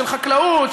של חקלאות,